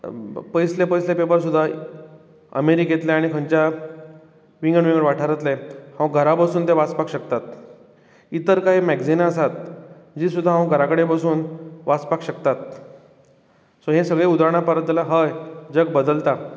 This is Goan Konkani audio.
पयसले पयसले पेपर सुद्दां अमेरिकेतले आनी खंयच्या विंगड विंगड वाठारांतले हांव घरा बसून ते वाचपाक शकतां इतर काय मॅक्जिनां आसात जीं सुद्दां घरांत बसून वाचपाक शकतात सो हें सगळें उदाहरणां पळयत जाल्यार हय जग बदलता